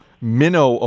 Minnow